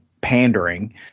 pandering